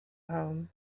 home